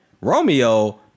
romeo